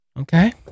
okay